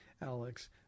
Alex